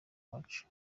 wacu